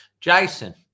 jason